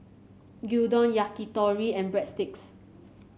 Gyudon Yakitori and Breadsticks